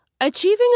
Achieving